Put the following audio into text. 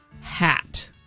Hat